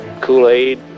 Kool-Aid